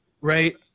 right